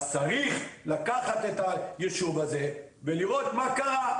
אז צריך לקחת את היישוב הזה ולראות מה קרה,